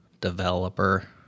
developer